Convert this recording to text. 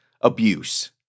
abuse